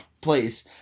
place